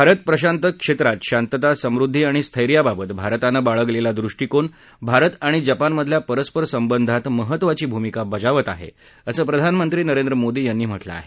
भारत प्रशांत क्षेत्रात शांतता समृद्धी आणि स्थैर्याबाबत भारतानं बाळगलेला दृष्टीकोन भारत आणि जपानमधल्या परस्पर संबंधात महत्वाची भूमिका बजावत आहे असं प्रधानमंत्री नरेंद्र मोदी यांनी म्हटलं आहे